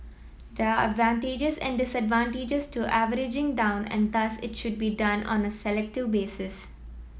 there are advantages and disadvantages to averaging down and thus it should be done on a selective basis